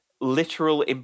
literal